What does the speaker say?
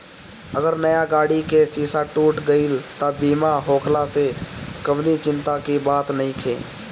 अगर नया गाड़ी के शीशा टूट गईल त बीमा होखला से कवनी चिंता के बात नइखे